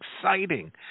exciting